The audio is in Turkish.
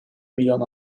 milyon